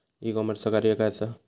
E कॉमर्सचा कार्य काय असा?